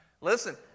listen